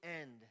end